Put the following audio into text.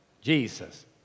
Jesus